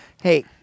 Hey